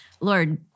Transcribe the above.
Lord